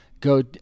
go